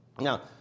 Now